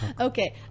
Okay